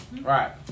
right